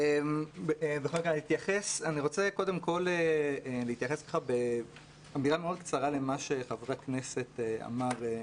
אני רוצה קודם כול להתייחס בנגיעה מאוד קצרה לגבי מה שחבר הכנסת אמר,